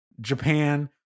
Japan